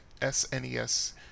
SNES